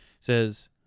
says